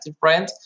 brand